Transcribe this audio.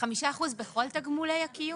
5% בכל תגמולי הקיום?